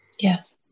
Yes